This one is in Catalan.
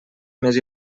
més